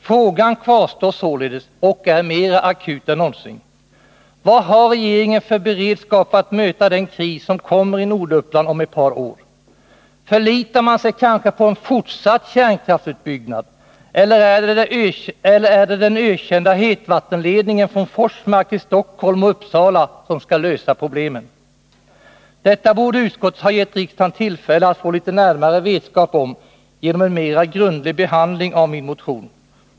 Frågan kvarstår således och är mera akut än någonsin: Vad har regeringen för beredskap för att möta den kris som kommer i Norduppland om ett par år? Förlitar man sig kanske på en fortsatt kärnkraftsutbyggnad, eller är det den ökända hetvattenledningen från Forsmark till Stockholm och Uppsala som skall lösa problemen? Detta borde utskottet ha gett riksdagen tillfälle att få litet närmare vetskap om genom en mera grundlig behandling av min motion.